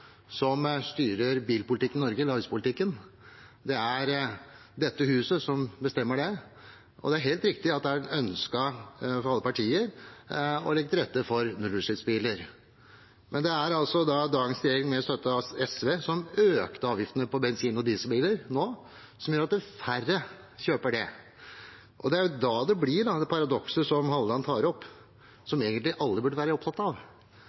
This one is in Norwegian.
som styrer bilpolitikken og næringspolitikken i Norge. Det er dette huset som bestemmer det. Det er helt riktig at det er ønsket av alle partier å legge til rette for nullutslippsbiler, men det er dagens regjering, med støtte av SV, som økte avgiftene på bensin- og dieselbiler nå, som gjør at færre kjøper det. Det er da man får det paradokset som Halleland tar opp,